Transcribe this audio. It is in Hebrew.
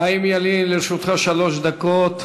חיים ילין, לרשותך שלוש דקות.